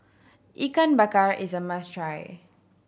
Ikan Bakar is a must try